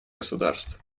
государств